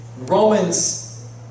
Romans